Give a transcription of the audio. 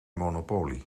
monopolie